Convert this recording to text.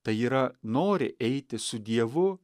tai yra nori eiti su dievu